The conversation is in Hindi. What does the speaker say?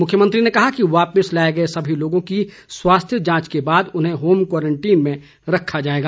मुख्यमंत्री ने कहा कि वापिस लाए गए सभी लोगों की स्वास्थ्य जांच के बाद उन्हें होम क्वारंटीन में रखा जाएगा